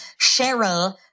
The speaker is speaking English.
Cheryl